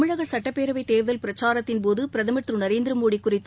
போது சட்டப்பேரவைத் தேர்தல் பிரச்சாரத்தின் தமிழக பிரதமர் திரு நரேந்திர மோடி குறித்து